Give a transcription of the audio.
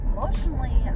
Emotionally